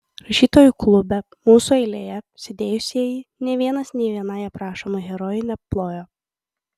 rašytojų klube mūsų eilėje sėdėjusieji nė vienas nė vienai aprašomai herojai neplojo